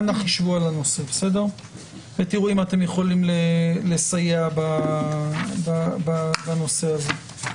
אנא חישבו על הנושא ותיראו אם אתם יכולים לסייע בנושא הזה.